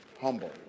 humble